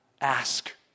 Ask